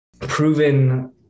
proven